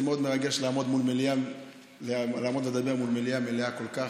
זה מאוד מרגש לעמוד ולדבר מול מליאה מלאה כל כך.